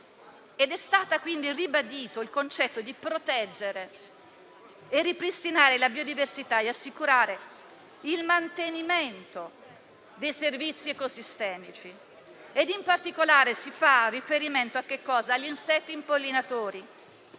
È stato ribadito il concetto di proteggere e ripristinare la biodiversità e assicurare il mantenimento dei servizi ecosistemici. In particolare, si fa riferimento agli insetti impollinatori,